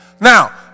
Now